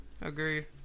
Agreed